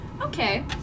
Okay